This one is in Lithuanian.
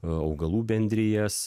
augalų bendrijas